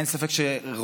אין ספק שרוב